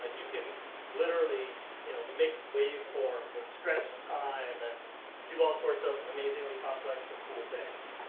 you can literally you know mix wave forms and stretch time. and do all sorts of amazingly complex and cool things.